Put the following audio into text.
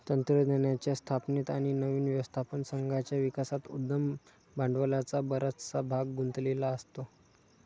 तंत्रज्ञानाच्या स्थापनेत आणि नवीन व्यवस्थापन संघाच्या विकासात उद्यम भांडवलाचा बराचसा भाग गुंतलेला असतो